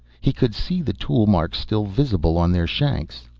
he could see the tool marks still visible on their shanks.